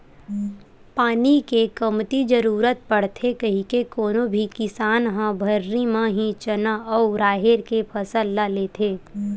पानी के कमती जरुरत पड़थे कहिके कोनो भी किसान ह भर्री म ही चना अउ राहेर के फसल ल लेथे